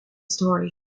story